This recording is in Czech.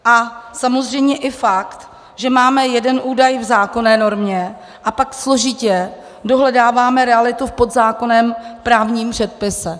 A samozřejmě i fakt, že máme jeden údaj v zákonné normě, a pak složitě dohledáváme realitu v podzákonném právním předpise.